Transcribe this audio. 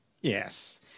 yes